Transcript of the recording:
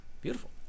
Beautiful